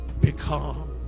become